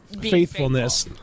faithfulness